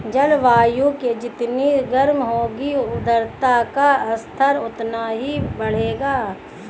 जलवायु जितनी गर्म होगी आर्द्रता का स्तर उतना ही बढ़ेगा